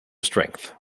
strength